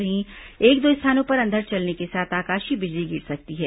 वहीं एक दो स्थानों पर अंधड़ चलने के साथ आकाशीय बिजली गिर सकती है